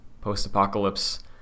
post-apocalypse